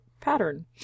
Pattern